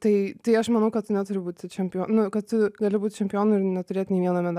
tai tai aš manau kad tu neturi būti čempionu nu kad tu gali būti čempionu ir neturėt nei vieno medalio